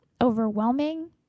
overwhelming